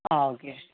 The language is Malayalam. ആ ഓക്കെ